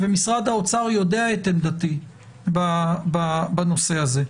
ומשרד האוצר יודע את עמדתי בנושא הזה.